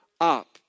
up